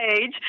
age